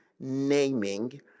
naming